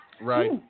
Right